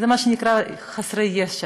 זה מה שנקרא חסרי ישע.